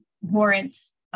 warrants